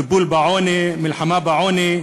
טיפול בעוני, מלחמה בעוני,